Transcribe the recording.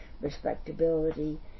respectability